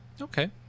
Okay